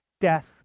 death